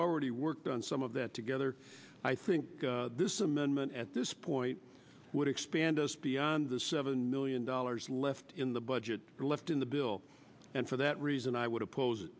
already worked on some of that together i think this amendment at this point would expand us beyond the seven million dollars left in the budget left in the bill and for that reason i would oppose it